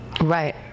Right